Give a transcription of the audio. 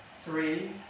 three